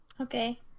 Okay